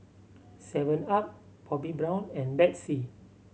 seven up Bobbi Brown and Betsy